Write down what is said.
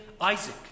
Isaac